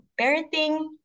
parenting